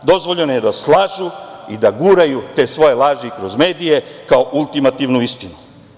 Dozvoljeno je da slažu i da guraju te svoje laži kroz medije kao ultimativnu istinu.